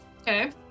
Okay